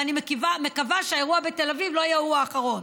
ואני מקווה שהאירוע בתל אביב לא יהיה האירוע האחרון,